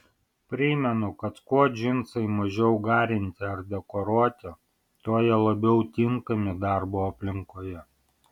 primenu kad kuo džinsai mažiau garinti ar dekoruoti tuo jie labiau tinkami darbo aplinkoje